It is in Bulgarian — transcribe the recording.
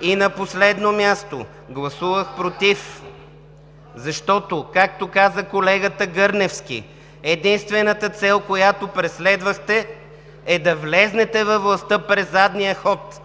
И на последно място, гласувах „против“, защото, както каза колегата Гърневски: „Единствената цел, която преследвахте, е да влезете във властта през задния вход,